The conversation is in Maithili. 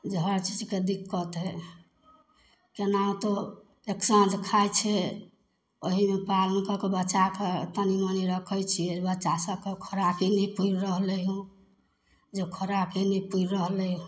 हर चीजके दिक्कत हइ केनाहितो एक साँझ खाय छियै ओहिमे साँझ तक बचाके तनी मनी रखै छियै बच्चा सबके खोराकी नहि पूरि रहलै हँ जे खोराकी नहि पूरि रहलै